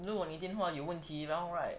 如果你的电话有问题然后 right